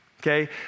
okay